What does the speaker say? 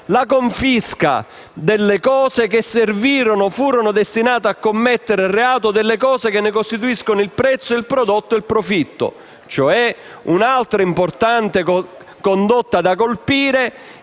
la confisca dellecose che servirono o furono destinate a commettere il reato e delle cose che ne costituiscono il prezzo, il prodotto o il profitto». Questa è un'altra importante condotta da colpire,